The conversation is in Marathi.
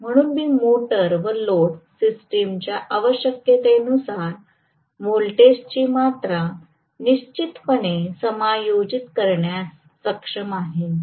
म्हणून मी मोटर व लोड सिस्टमच्या आवश्यकतेनुसार व्होल्टेजची मात्रा निश्चितपणे समायोजित करण्यास सक्षम आहे